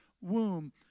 womb